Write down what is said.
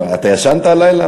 אתה ישנת הלילה?